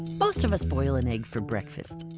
most of us boil an egg for breakfast.